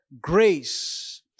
grace